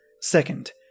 Second